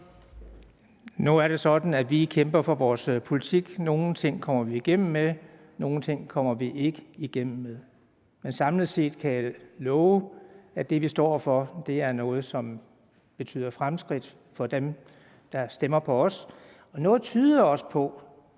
Nu er det sådan, at vi kæmper for vores politik. Nogle ting, kommer vi igennem med, og nogle ting kommer vi ikke igennem med. Men jeg kan love, at det, vi samlet set står for, er noget, som betyder fremskridt for dem, der stemmer på os. Og noget tyder også på,